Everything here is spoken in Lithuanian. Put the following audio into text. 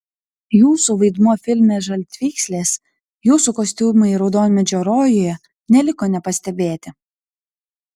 jūsų vaidmuo filme žaltvykslės jūsų kostiumai raudonmedžio rojuje neliko nepastebėti